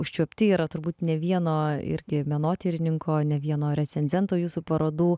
užčiuopti yra turbūt ne vieno irgi menotyrininko ne vieno recenzento jūsų parodų